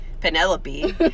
Penelope